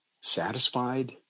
satisfied